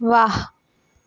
वाह